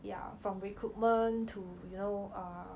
ya from recruitment to you know err